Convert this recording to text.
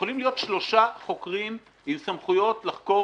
יכולים להיות שלושה חוקרים עם סמכויות לחקור